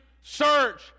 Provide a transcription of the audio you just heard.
search